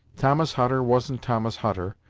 thomas hutter wasn't thomas hutter,